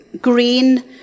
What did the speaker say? green